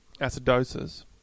acidosis